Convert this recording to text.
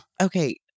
Okay